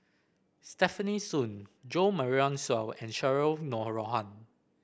Stefanie Sun Jo Marion Seow and Cheryl Noronha